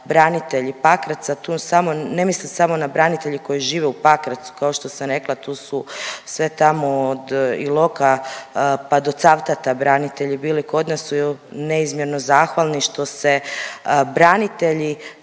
branitelji Pakraca, tu samo, ne mislim samo na branitelje koji žive u Pakracu, kao što sam rekla, tu su sve tamo od Iloka pa do Cavtata branitelji bili kod nas, su neizmjerno zahvalni što se branitelji